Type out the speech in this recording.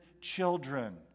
children